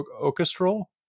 orchestral